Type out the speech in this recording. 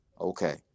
Okay